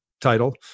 title